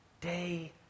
day